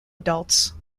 adults